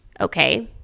Okay